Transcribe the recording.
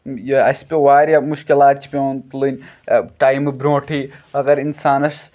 یہِ اَسہِ پیوٚو واریاہ مُشکِلات چھِ پٮ۪وان تُلٕنۍ ٹایمہٕ برونٛٹھٕے اگر اِنسانَس